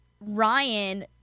Ryan